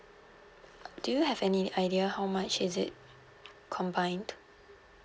do you have any idea how much is it combined